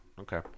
Okay